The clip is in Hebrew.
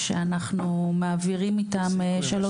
שאנחנו מעבירים איתם שלוש.